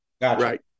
Right